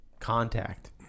Contact